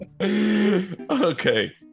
Okay